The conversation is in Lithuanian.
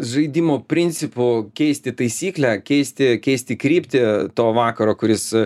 žaidimo principu keisti taisyklę keisti keisti kryptį to vakaro kuris